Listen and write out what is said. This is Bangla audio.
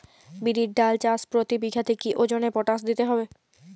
বিরির ডাল চাষ প্রতি বিঘাতে কি ওজনে পটাশ দিতে হবে?